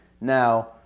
Now